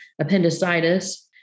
appendicitis